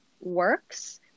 works